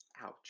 Ouch